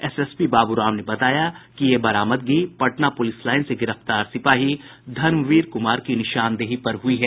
SP Babu Ram ने बताया कि ये बरामदगी पटना पुलिस लाईन से गिरफ्तार सिपाही धर्मवीर कुमार की निशानदेही पर हुई है